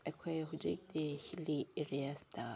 ꯑꯩꯈꯣꯏ ꯍꯧꯖꯤꯛꯇꯤ ꯍꯤꯜꯂꯤ ꯑꯦꯔꯤꯌꯥꯁꯇ